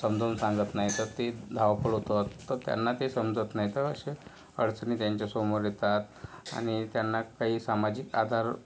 समजवून सांगत नाही तर ते धावपळ होतात तर त्यांना ते समजत नाही तर अशा अडचणी त्यांच्यासमोर येतात आणि त्यांना काही सामाजिक आधार